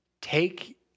take